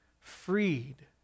freed